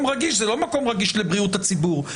רגיש זה לא מקום רגיש לבריאות הציבור,